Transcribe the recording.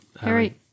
Harry